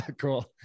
Cool